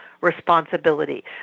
responsibility